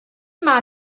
mae